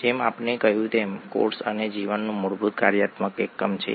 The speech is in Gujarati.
જેમ આપણે કહ્યું તેમ કોષ એ જીવનનું મૂળભૂત કાર્યાત્મક એકમ છે